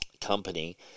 company